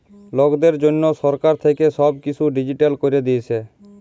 লকদের জনহ সরকার থাক্যে সব কিসু ডিজিটাল ক্যরে দিয়েসে